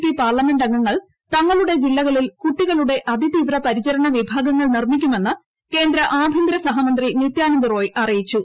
P പാർലമെന്റ്ംഗങ്ങൾ തങ്ങളുടെ ജില്ലകളിൽ കുട്ടികളുടെ അതിതീവ്ര പരിചരിണ് വിഭാഗങ്ങൾ നിർമ്മിക്കുമെന്ന് കേന്ദ്ര ആഭ്യന്തര സഹമന്ത്രി നിത്യാന്ദ് റോയ് അറിയിച്ചു